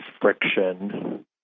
friction